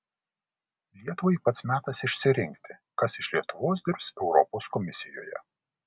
lietuvai pats metas išsirinkti kas iš lietuvos dirbs europos komisijoje